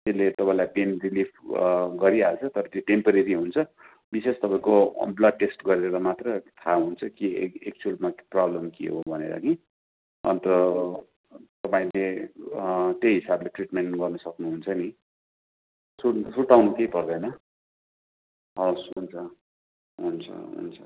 त्यसले तपाईँलाई pain relief गरिहाल्छ तर त्यो टेम्पोरेरी हुन्छ विशेष तपाईँको ब्लड टेस्ट गरेर मात्र थाहा हुन्छ कि एक एक्चुलमा पनि प्रब्लम के हो भनेर कि अन्त तपाईँले त्यही हिसाबले ट्रिटमेन गर्नु सक्नुहुन्छ नि सुर सुर्ताउनु केही पर्दैन हवस् हुन्छ हुन्छ हुन्छ